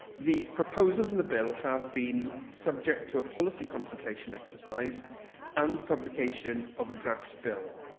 the proposals in the bill have been subject to a policy consultation exercise and the publication of a draft bill.